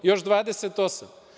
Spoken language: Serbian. Još 28?